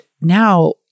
now